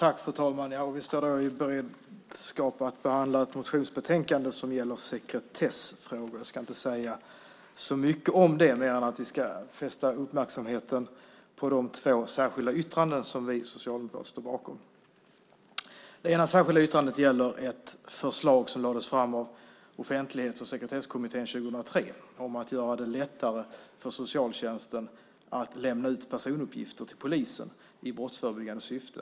Fru talman! Vi står i begrepp att behandla ett motionsbetänkande som gäller sekretessfrågor. Jag ska inte säga så mycket om det mer än att vi ska fästa uppmärksamheten på de två särskilda yttranden som vi socialdemokrater står bakom. Det ena särskilda yttrandet gäller ett förslag som lades fram av Offentlighets och sekretesskommittén 2003 om att göra det lättare för socialtjänsten att lämna ut personuppgifter till polisen i brottsförebyggande syfte.